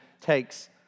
takes